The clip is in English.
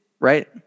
right